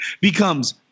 becomes